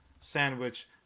sandwich